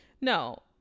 No